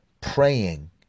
Praying